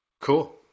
Cool